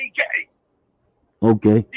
Okay